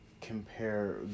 Compare